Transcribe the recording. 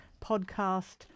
podcast